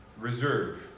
reserve